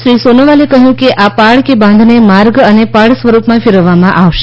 શ્રી સોનોવાલે કહ્યું કે આ પાળ કે બાંધને માર્ગ અને પાળ સ્વરૂપમાં ફેરવવામાં આવશે